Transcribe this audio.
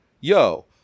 yo